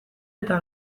eta